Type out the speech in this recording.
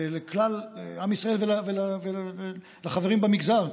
ולכלל עם ישראל ולחברים במגזר,